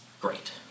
great